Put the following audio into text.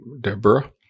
Deborah